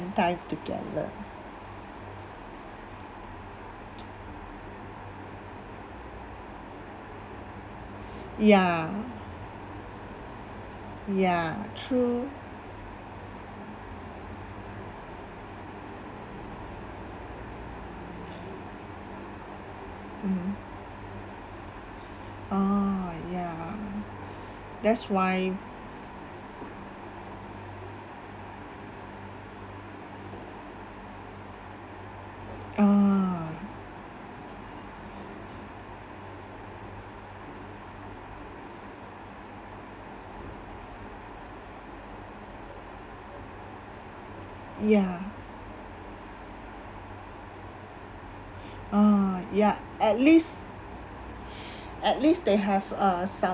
time together ya ya true mmhmm uh ya that's why uh ya uh ya at least at least they have uh some